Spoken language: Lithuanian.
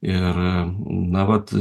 ir na vat